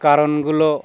কারণগুলো